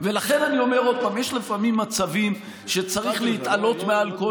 ולכן אני אומר עוד פעם: יש לפעמים מצבים שצריך להתעלות מעל כל